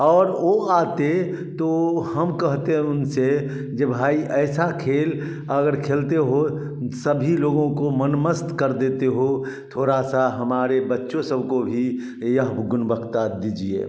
और वो आते तो हम कहते हैं उनसे जब भाई ऐसा खेल अगर खेलते हो सभी लोगों को मनमस्त कर देते हो थोड़ा सा हमारे बच्चों सबको भी यह गुणवत्ता दीजिए